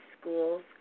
schools